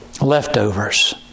leftovers